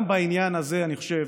גם בעניין הזה, אני חושב,